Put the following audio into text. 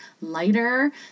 lighter